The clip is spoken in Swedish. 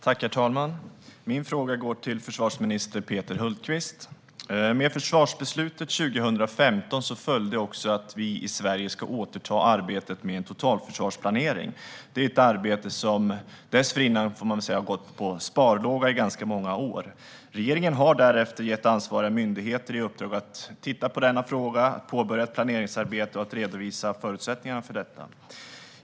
Herr talman! Min fråga går till försvarsminister Peter Hultqvist. Med försvarsbeslutet 2015 följde också att vi i Sverige ska återuppta arbetet med totalförsvarsplanering. Det arbetet gick dessförinnan på sparlåga i ganska många år. Regeringen har därefter gett ansvariga myndigheter i uppdrag att titta på denna fråga, påbörja ett planeringsarbete och redovisa förutsättningarna för detta.